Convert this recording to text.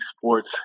Sports